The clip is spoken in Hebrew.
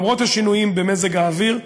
למרות השינויים במזג האוויר,